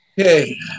Okay